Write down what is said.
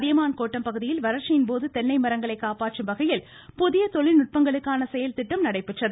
அதியமான் கோட்டம் பகுதியில் வறட்சியின்போது தென்னை மரங்களை காப்பாற்றும் வகையில் புதிய தொழில்நுட்பங்களுக்கான செயல்திட்டம் நடைபெற்றது